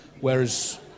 whereas